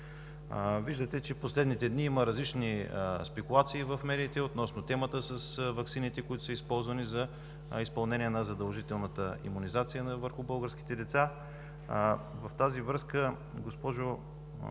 Виждате, че в последните дни има различни спекулации в медиите относно темата с ваксините, които се използвани за изпълнение на задължителната имунизация върху българските деца. В тази връзка, госпожо